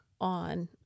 on